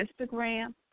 Instagram